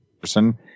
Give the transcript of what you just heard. person